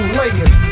layers